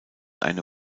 eine